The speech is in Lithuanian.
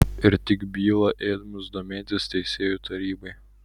ir tik byla ėmus domėtis teisėjų tarybai